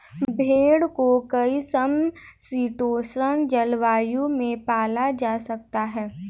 भेड़ को कई समशीतोष्ण जलवायु में पाला जा सकता है